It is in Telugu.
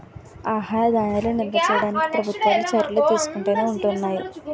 ఆహార ధాన్యాలను నిల్వ చేయడానికి ప్రభుత్వాలు చర్యలు తీసుకుంటునే ఉంటున్నాయి